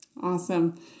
Awesome